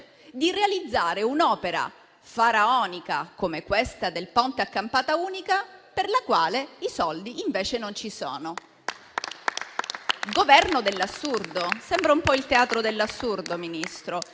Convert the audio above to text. di realizzare un'opera faraonica come questa del Ponte a campata unica per la quale i soldi invece non ci sono. Governo dell'assurdo; sembra un po' il teatro dell'assurdo, Ministro.